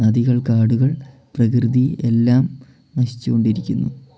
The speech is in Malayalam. നദികൾ കാടുകൾ പ്രകൃതി എല്ലാം നശിച്ച് കൊണ്ടിരിക്കുന്നു